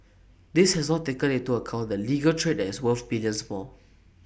this has not taken into account the legal trade that is worth billions more